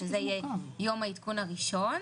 שזה יהיה יום העדכון הראשון,